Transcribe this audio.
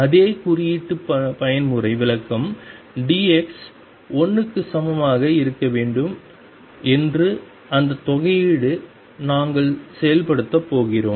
அதே குறியீட்டு பயன்முறை வர்க்கம் dx 1 க்கு சமமாக இருக்க வேண்டும் என்று அந்த தொகையீடு நாங்கள் செயல்படுத்தப் போகிறோம்